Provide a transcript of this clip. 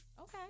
Okay